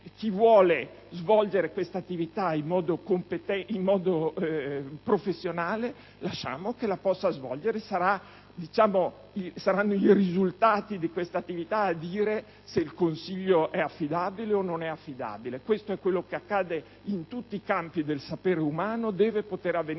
chi vuole svolgere questa attività in modo professionale lasciamo che la possa svolgere: saranno i risultati di questa attività a dire se il suo consiglio è affidabile o non lo è. Questo è ciò che accade in tutti i campi del sapere umano; e deve poter avvenire